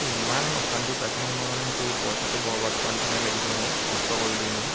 এই ইমান অশান্তি পাইছোঁ নহয় মই মানে সেইটো পইচাটো বৰবাদ কৰা নিচিনাই লাগিছে মোৰ নষ্ট কৰিলোঁ এনে